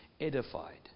edified